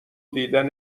دیدن